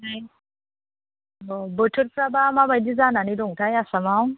ओमफाय औ बोथोरफ्राबा माबादि जानानै दंथाय आसामाव